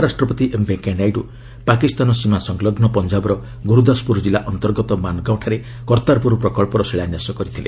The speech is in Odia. ଉପରାଷ୍ଟ୍ରପତି ଏମ୍ ଭେଙ୍କୟା ନାଇଡ଼ୁ ପାକିସ୍ତାନ ସୀମାସଲଗୁ ପଞ୍ଜାବର ଗୁରୁଦାସପୁର କିଲ୍ଲା ଅନ୍ତର୍ଗତ ମାନ୍ଗାଁଠାରେ କର୍ତ୍ତାରପୁର ପ୍ରକଳ୍ପର ଶିଳାନ୍ୟାସ କରିଛନ୍ତି